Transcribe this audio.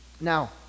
Now